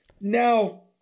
Now